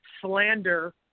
slander